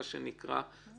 מה שנקרא,